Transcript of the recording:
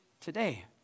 today